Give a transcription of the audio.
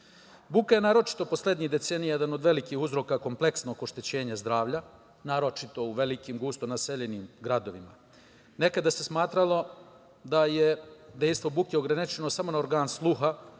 je naročito poslednjih decenija jedan od velikih uzroka kompleksnog oštećenja zdravlja, naročito u velikim gusto naseljenim gradovima. Nekada se smatralo da je dejstvo buke ograničeno samo na organ sluha,